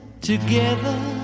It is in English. Together